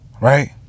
Right